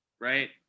right